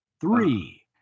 three